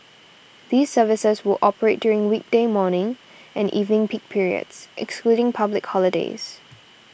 these services will operate during weekday morning and evening peak periods excluding public holidays